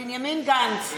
בנימין גנץ,